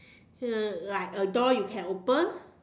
uh like a door you can open